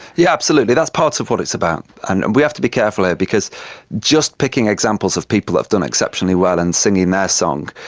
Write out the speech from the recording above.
yeah absolutely, that's part of what it's about, and we have to be careful here because just picking examples of people that have done exceptionally well in singing their song,